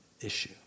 issue